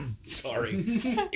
Sorry